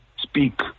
speak